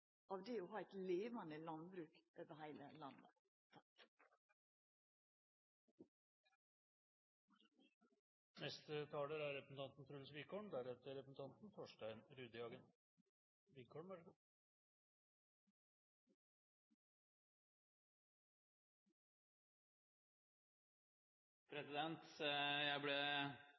av det å ha eit levande landbruk over heile landet. Jeg ble